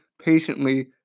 patiently